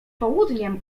południem